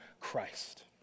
Christ